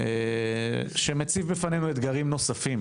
שמציב בפנינו אתגרים נוספים.